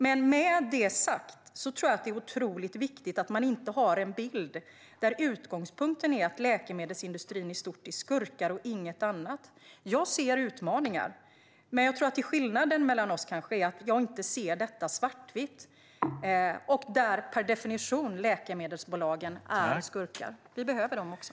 Men med detta sagt tror jag att det är otroligt viktigt att man inte har en bild där utgångspunkten är att läkemedelsindustrin i stort består av skurkar och inget annat. Jag ser utmaningar. Men skillnaden mellan oss är kanske att jag inte ser detta som svart eller vitt och där läkemedelsbolagen per definition är skurkar. Vi behöver dem också.